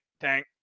tank